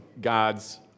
God's